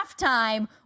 halftime